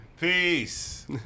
Peace